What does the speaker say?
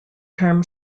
term